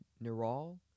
Neural